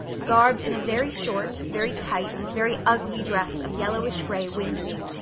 garbed in a very short, very tight, very ugly dress of yellowish-gray wincey.